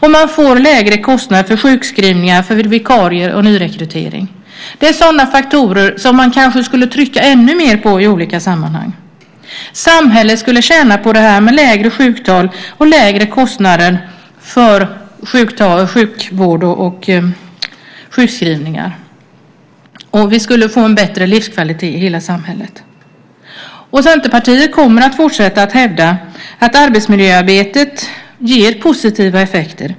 Det blir lägre kostnad för sjukskrivningar, vikarier och nyrekrytering. Det är sådana faktorer vi ska trycka på ännu mer i olika sammanhang. Samhället skulle tjäna på lägre sjuktal och lägre kostnader för sjukvård och sjukskrivningar. Vi skulle få bättre livskvalitet i hela samhället. Centerpartiet kommer att fortsätta att hävda att arbetsmiljöarbetet ger positiva effekter.